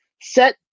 set